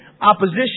opposition